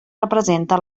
representa